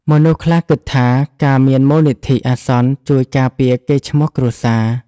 មនុស្សខ្លះគិតថា ការមានមូលនិធិអាសន្នជួយការពារកេរ្តិ៍ឈ្មោះគ្រួសារ។